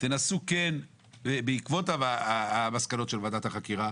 תנסו בעקבות המסקנות של ועדת החקירה